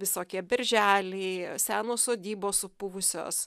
visokie berželiai senos sodybos supuvusios